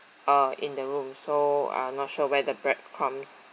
uh in the room so I'm not sure where the bread crumbs